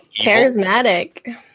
charismatic